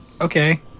okay